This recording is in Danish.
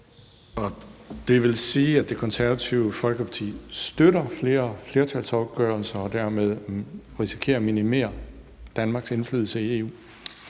Det vil sige, at Det Konservative Folkeparti støtter flere flertalsafgørelser og dermed risikerer at minimere Danmarks indflydelse i EU?